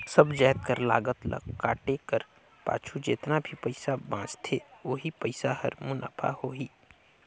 सब जाएत कर लागत ल काटे कर पाछू जेतना भी पइसा बांचथे ओही पइसा हर मुनाफा होही